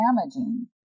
damaging